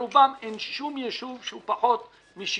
ברובם אין שום יישוב שהוא פחות מ-60.